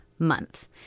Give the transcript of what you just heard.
month